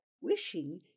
wishing